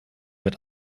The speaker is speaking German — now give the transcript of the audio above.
wird